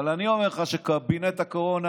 אבל אני אומר לך שקבינט הקורונה